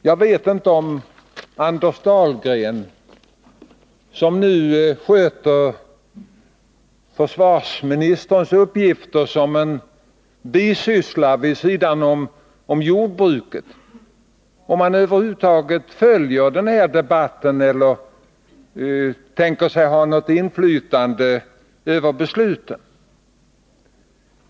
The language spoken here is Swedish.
Jag vet inte om Anders Dahlgren, som nu sköter försvarsministerns uppgifter som en bisyssla vid sidan om jordbruket, över huvud taget följer den här debatten eller tänker sig ha något inflytande över besluten.